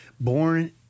born